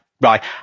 right